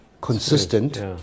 consistent